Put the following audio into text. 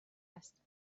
است